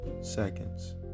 seconds